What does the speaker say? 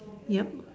ya